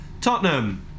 Tottenham